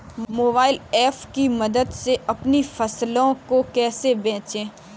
Mobile app की मदद से अपनी फसलों को कैसे बेचें?